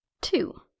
Two